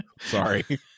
Sorry